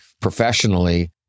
professionally